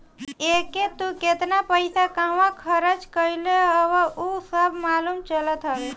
एके तू केतना पईसा कहंवा खरच कईले हवअ उ सब मालूम चलत हवे